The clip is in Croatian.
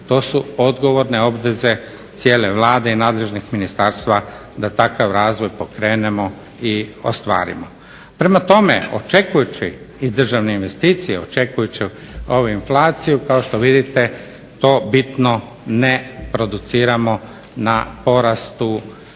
to su odgovorne obveze cijele Vlade i nadležnih ministarstva da takav razvoj pokrenemo i ostvarimo. Prema tome, očekujući i državne investicije očekujući ovu inflaciju kao što vidite to bitno ne produciramo na porastu